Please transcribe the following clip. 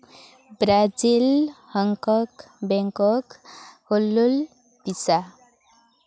Brazil Hong Kong Bangkok ᱦᱩᱞᱞᱩᱞ ᱯᱤᱥᱟ